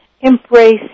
Embrace